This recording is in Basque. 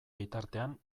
bitartean